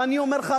אני אומר לך,